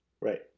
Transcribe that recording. Right